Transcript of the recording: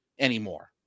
anymore